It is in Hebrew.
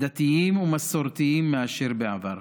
דתיים ומסורתיים מאשר בעבר.